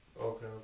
Okay